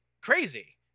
crazy